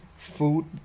Food